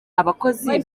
abakozi